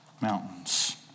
Mountains